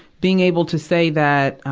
being able to say that, ah,